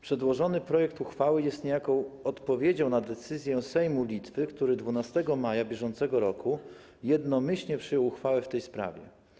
Przedłożony projekt uchwały jest niejako odpowiedzią na decyzję Sejmu Litwy, który 12 maja br. jednomyślnie przyjął uchwałę w tej sprawie.